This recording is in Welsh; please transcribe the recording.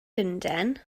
lundain